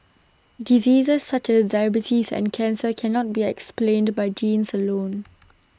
diseases such as diabetes and cancer cannot be explained by genes alone